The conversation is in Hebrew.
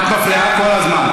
את מפריעה כל הזמן.